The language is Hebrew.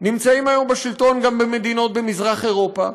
נמצאים היום בשלטון גם במדינות במזרח אירופה,